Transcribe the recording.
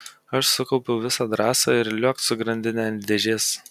aš sukaupiau visą drąsą ir liuokt su grandine ant dėžės